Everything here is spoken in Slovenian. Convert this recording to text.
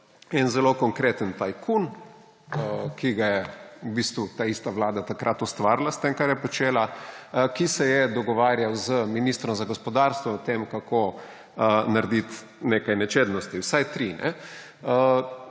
en zelo konkreten tajkun, ki ga je v bistvu taista vlada takrat ustvarila s tem, kar je počela, ki se je dogovarjal z ministrom za gospodarstvo o tem, kako narediti nekaj nečednosti. Vsaj tri.